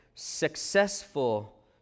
successful